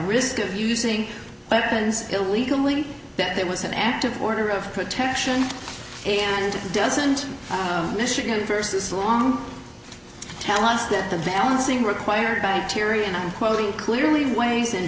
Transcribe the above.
risk of using weapons illegally that there was an active order of protection and doesn't michigan versus long tell us that the balancing required bacteria and i'm quoting clearly w